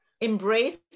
embrace